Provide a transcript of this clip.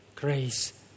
Grace